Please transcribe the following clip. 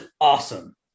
awesome